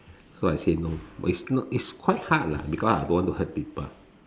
so I said no but it's not it's quite hard lah because I don't want to hurt people